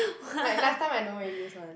like last time I don't really use [one]